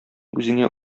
үзеңә